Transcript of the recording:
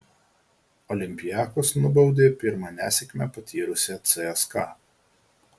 olympiakos nubaudė pirmą nesėkmę patyrusią cska